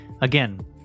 Again